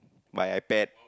buy iPad